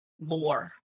more